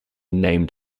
named